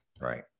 right